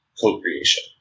co-creation